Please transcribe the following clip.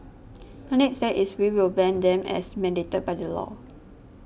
the next step is we will ban them as mandated by the law